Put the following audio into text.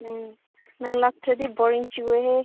ꯎꯝ ꯅꯪ ꯂꯥꯛꯇ꯭ꯔꯗꯤ ꯕꯣꯔꯤꯡ ꯆꯨꯏꯋꯦꯍꯦ